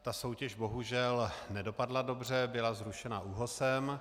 Ta soutěž bohužel nedopadla dobře, byla zrušena ÚOHSem.